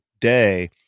day